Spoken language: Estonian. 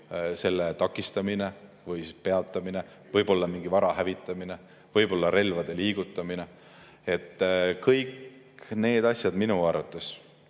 takistamine või peatamine, võib olla mingi vara hävitamine, võib olla relvade liigutamine. Kõik need asjad minu arvates